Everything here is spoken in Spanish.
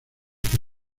que